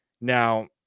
Now